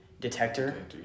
detector